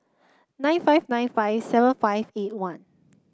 nine five nine five seven five eight one